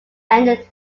ended